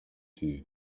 too